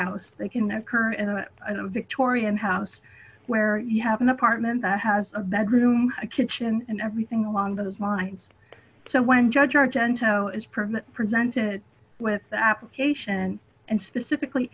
house they can occur in a i don't victorian house where you have an apartment that has a bedroom a kitchen and everything along those lines so when judge argento is permit presented with the application and specifically